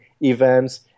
events